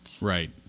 Right